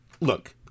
Look